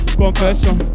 confession